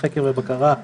חלקם הוזכרו כאן בוועדה,